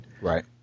Right